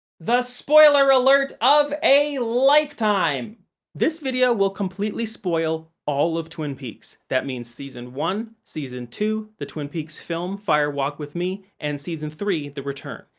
the spoiler alert of a lifetime this video will completely spoil all of twin peaks. that means season one, season two, the twin peaks film, fire walk with me, and season three the return.